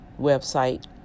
website